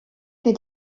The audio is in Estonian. need